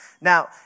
Now